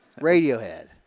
Radiohead